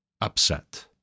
upset